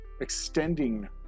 extending